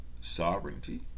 sovereignty